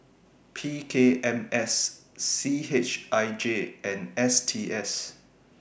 P K M S C H I J and S T S